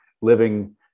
living